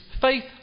faith